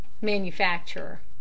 Manufacturer